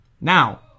Now